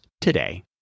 today